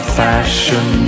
fashion